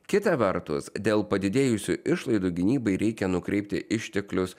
kita vertus dėl padidėjusių išlaidų gynybai reikia nukreipti išteklius